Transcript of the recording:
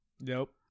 Nope